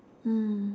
mm